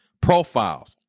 profiles